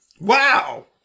Wow